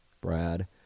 Brad